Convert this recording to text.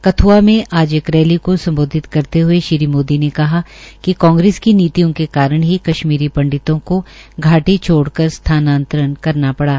कथुआ में आज एक रैली को सम्बोधित करते हये श्री मोदी ने कहा कि कांग्रेस की नीतियों के कारण ही कशमीरी पंडितों को घाटी छोड़कर स्थानातंरण करना पड़ा